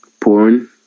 porn